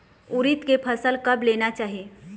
उरीद के फसल कब लेना चाही?